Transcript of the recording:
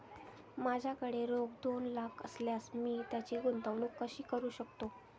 माझ्याकडे रोख दोन लाख असल्यास मी त्याची गुंतवणूक कशी करू शकतो?